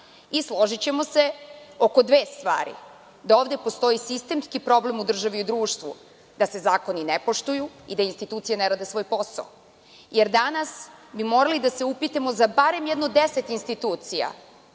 Složićemo se oko dve stvari, a to je da ovde postoji sistemski problem u državi i društvu, da se zakoni ne poštuju i da institucije ne rade svoj posao. Danas bi morali da se upitamo za barem jedno 10 institucija